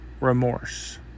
remorse